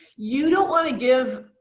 you don't wanna give,